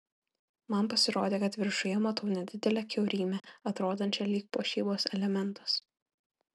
man pasirodė kad viršuje matau nedidelę kiaurymę atrodančią lyg puošybos elementas